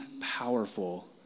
powerful